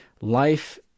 life